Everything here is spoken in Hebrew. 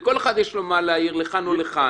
ולכל אחד יש מה להעיר לכאן ולכאן.